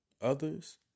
others